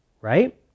Right